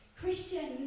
Christians